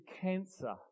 cancer